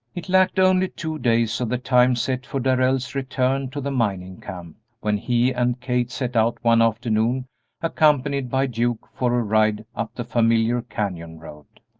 it lacked only two days of the time set for darrell's return to the mining camp when he and kate set out one afternoon accompanied by duke for a ride up the familiar canyon road.